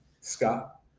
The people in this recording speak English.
Scott